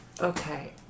Okay